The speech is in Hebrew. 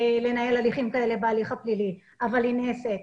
לנהל הליכים כאלה בהליך הפלילי אבל היא נעשית.